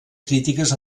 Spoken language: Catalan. crítiques